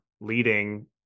leading